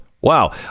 Wow